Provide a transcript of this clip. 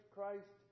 Christ